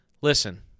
listen